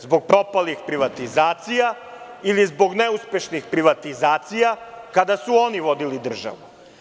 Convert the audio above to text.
Zbog propalih privatizacija ili zbog neuspešnih privatizacija kada su oni vodili državu.